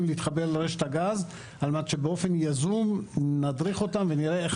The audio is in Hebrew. להתחבר לרשת הגז על מנת שבאופן יזום נדריך אותם ונראה איך